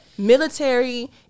military